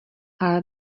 ale